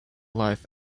life